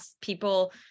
people